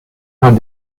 man